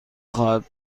خواهد